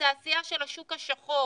בתעשייה של השוק השחור